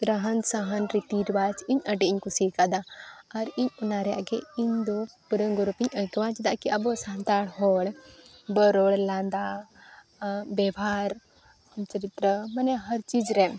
ᱨᱟᱦᱟᱱ ᱥᱟᱦᱟᱱ ᱨᱤᱛᱤ ᱨᱮᱣᱟᱡᱽ ᱟᱹᱰᱤ ᱤᱧ ᱠᱩᱥᱤ ᱠᱟᱣᱫᱟ ᱟᱨ ᱤᱧ ᱚᱱᱟᱨᱮ ᱟᱜᱮ ᱤᱧᱫᱚ ᱯᱩᱨᱟᱹ ᱜᱚᱨᱚᱵᱤᱧ ᱟᱹᱭᱠᱟᱹᱣᱟ ᱪᱮᱫᱟᱜ ᱠᱚ ᱟᱵᱚ ᱥᱟᱱᱛᱟᱲ ᱦᱚᱲ ᱵᱚ ᱨᱚᱲ ᱞᱟᱸᱫᱟ ᱵᱮᱵᱷᱟᱨ ᱪᱚᱨᱤᱛᱨᱚ ᱢᱟᱱᱮ ᱦᱟᱨ ᱪᱤᱡᱽ ᱨᱮ